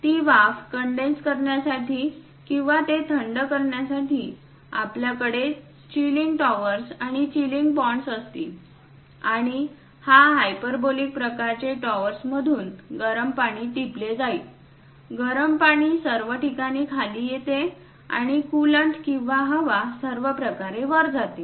ती वाफ कंडेन्स करण्यासाठी किंवा ते थंड करण्यासाठी आपल्याकडे चीलिंग टॉवर्स आणि चीलिंग पॉंड्स असतील आणि या हायपरबोलिक प्रकारचे टॉवर्समधून गरम पाणी टिपले जाईल गरम पाणी सर्व ठिकाणी खाली येते आणि कूलंट किंवा हवा सर्व प्रकारे वर जाते